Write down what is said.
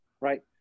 right